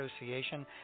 association